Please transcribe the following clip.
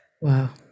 Wow